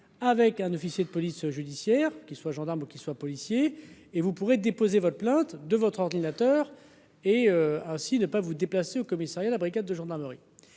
avec un officier de police judiciaire qui soit gendarme qui soient policiers et vous pourrez déposer votre plainte de votre ordinateur. Et ainsi ne pas vous déplacer au commissariat, la brigade de gendarmerie,